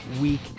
week